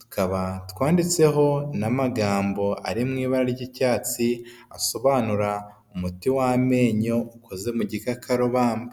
tukaba twanditseho n'amagambo ari mu ibara ry'icyatsi asobanura umuti w'amenyo ukoze mu gikakarubamba.